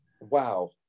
wow